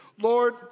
Lord